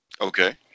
Okay